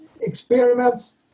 experiments